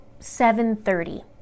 7.30